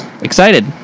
excited